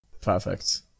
Perfect